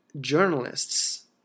journalists